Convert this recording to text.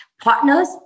partners